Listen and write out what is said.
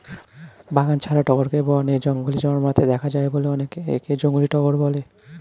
বাগান ছাড়াও টগরকে বনে, জঙ্গলে জন্মাতে দেখা যায় বলে অনেকে একে জংলী টগর বলে